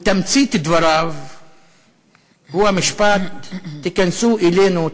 ותמצית דבריו היא המשפט: תיכנסו אלינו,